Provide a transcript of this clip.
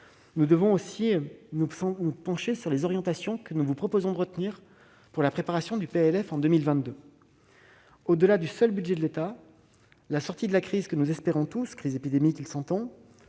nous devons aussi nous pencher sur les orientations que nous vous proposons de retenir pour la préparation du budget 2022. Au-delà du seul budget de l'État, la sortie de la crise que nous espérons tous- de la crise épidémique, s'entend